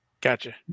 Gotcha